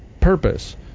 purpose